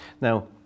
now